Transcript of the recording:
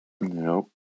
Nope